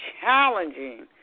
challenging